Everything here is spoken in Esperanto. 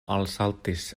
alsaltis